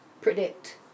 predict